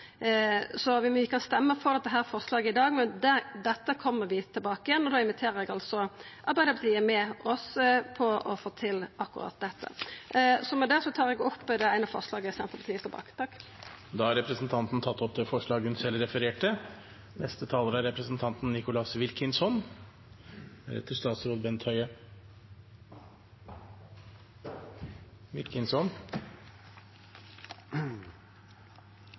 Vi kan stemma for dette forslaget i dag, men dette kjem vi tilbake igjen til, og eg inviterer Arbeidarpartiet med oss for å få til akkurat dette. Med det tar eg opp det forslaget Senterpartiet står bak. Representanten Kjersti Toppe har tatt opp det forslaget hun refererte